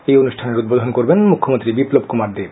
এই অনুষ্ঠানের উদ্বোধন করবেন মুখ্যমন্ত্রী বিপ্লব কুমার দেব